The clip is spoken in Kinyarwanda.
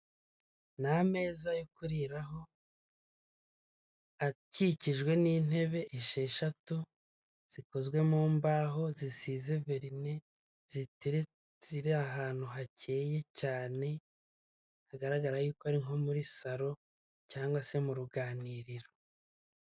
Ni ameza yo kuriraho akikijwe n'intebe esheshatu zikozwe mu mbaho, zisize verine ziri ahantu hakeye cyane, hagaragara y'uko ari nko muri saro cyangwa se mu ruganiriro.